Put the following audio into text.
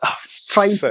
trying